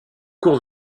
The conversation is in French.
cours